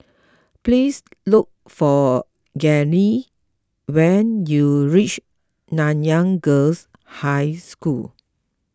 please look for Dagny when you reach Nanyang Girls' High School